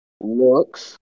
looks